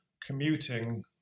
commuting